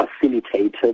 facilitated